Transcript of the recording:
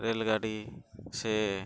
rail ᱜᱟᱹᱰᱤ ᱥᱮ